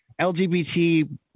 LGBT